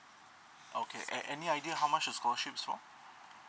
okay any any idea how much the scholarships for